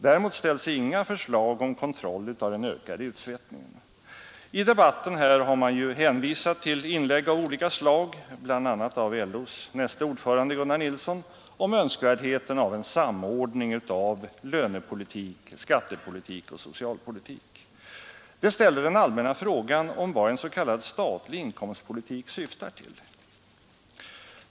Däremot ställs inga förslag om kontroll av den ökade utsvettningen. I debatten här har man ju hänvisat till inlägg av olika slag — bl.a. av LO:s näste ordförande Gunnar Nilsson — om önskvärdheten av en samordning av lönepolitik, skattepolitik och socialpolitik. Det reser den allmänna frågan om vad en s.k. statlig inkomstpolitik syftar till.